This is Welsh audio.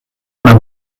mewn